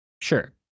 sure